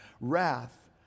Wrath